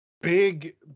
big